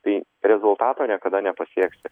tai rezultato niekada nepasieksi